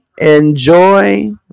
Enjoy